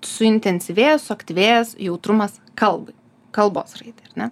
suintensyvėjęs suaktyvėjęs jautrumas kalbai kalbos raidai ar ne